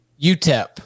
UTEP